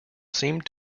seemed